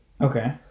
Okay